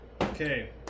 Okay